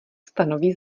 stanoví